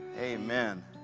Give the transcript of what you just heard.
Amen